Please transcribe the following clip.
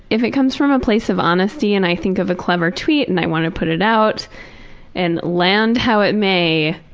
if it comes from a place of honesty and i think of a clever tweet and i want to put it out and land how it may,